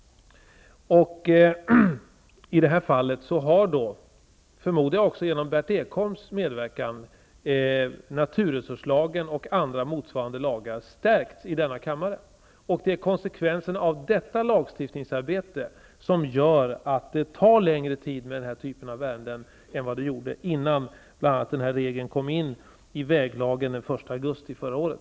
Jag förmodar att också Berndt Ekholm i denna kammare har medverkat till att naturresurslagen och andra motsvarande lagar har förstärkts. Detta lagstiftningsarbete gör att denna typ av ärenden tar längre tid än innan bl.a. denna regel kom in i väglagen den 1 augusti förra året.